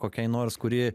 kokiai nors kuri